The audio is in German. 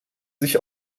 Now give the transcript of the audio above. sich